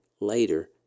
later